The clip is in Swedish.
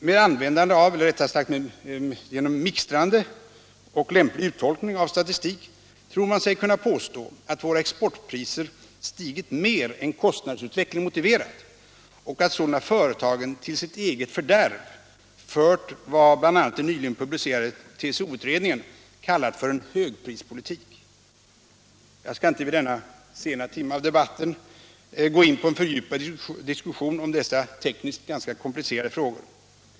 Med användande av -— eller rättare sagt med mixtrande och en lämplig uttolkning av — statistik tror man sig kunna påstå att våra exportpriser har stigit mer än kostnadsutvecklingen motiverat och att företagen sålunda till sitt eget fördärv fört vad bl.a. den nyligen publicerade TCO-utredningen har kallat för en högprispolitik. Jag skall inte vid denna sena tidpunkt i debatten gå in på en fördjupad diskussion om dessa tekniskt ganska komplicerade frågor.